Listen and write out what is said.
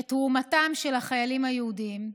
את תרומתם של החיילים היהודים,